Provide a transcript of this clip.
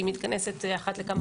היא מתכנסת אחת לכמה חודשים.